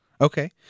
Okay